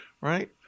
Right